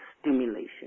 stimulation